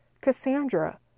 Cassandra